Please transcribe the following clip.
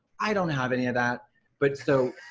i don't have any of that but, so